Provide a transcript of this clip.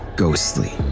Ghostly